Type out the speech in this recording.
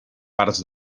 parts